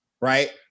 right